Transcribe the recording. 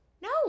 No